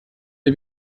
der